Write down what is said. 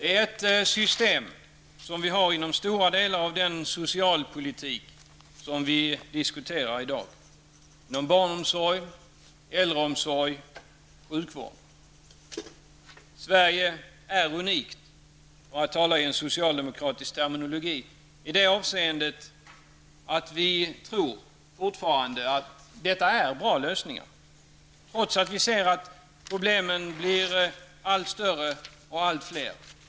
Detta system har vi inom stora delar av den socialpolitik som vi diskuterar i dag, t.ex. inom barnomsorg, äldreomsorg och sjukvård. ''Sverige är unikt'' -- för att tala med socialdemokratisk terminologi -- i det avseendet att vi fortfarande tror att detta är bra lösningar, trots att vi ser att problemen blir allt större och allt fler.